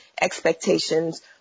expectations